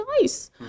nice